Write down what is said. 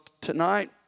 tonight